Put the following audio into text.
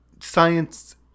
science